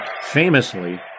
Famously